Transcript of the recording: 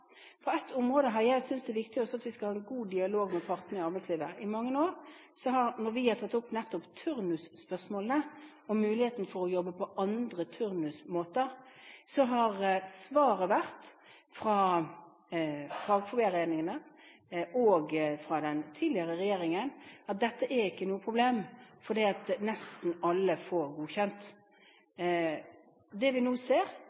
synes jeg er viktig, at vi skal ha en god dialog med partene i arbeidslivet. I mange år, når vi har tatt opp nettopp turnusspørsmålene og muligheten for å jobbe på andre turnusmåter, har svaret vært – fra fagforeningene og fra den tidligere regjeringen – at dette er ikke noe problem, for nesten alle får godkjent. Det vi nå ser,